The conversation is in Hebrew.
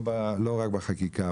לא רק בחקיקה.